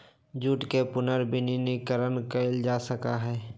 jute के पुनर्नवीनीकरण कइल जा सका हई